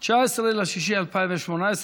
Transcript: (19 ביוני 2018)